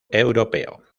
europeo